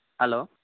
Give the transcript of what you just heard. hello